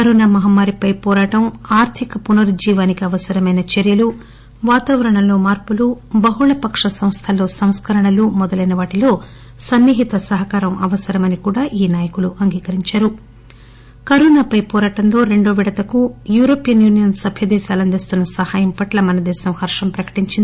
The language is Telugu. కరోనా మహమ్మారిపై పోరాటంలో ఆర్దిక పునరుజ్జీవనానికి అవసరమైన చర్యలు వాతావరణంలో మార్పులు బహుళపక్ష సంస్వల్లో సంస్కరణలు మొదలైన వాటిలో సన్నిహిత సహకారం అవసరమని కూడా అంగీకరించారు కరోనాపై పోరాటంలో రెండో విడతకు యూరోపియన్ యూనియన్ సభ్య దేశాలు అందిస్తున్న సహాయం పట్ల మన దేశం హర్షం ప్రకటించింది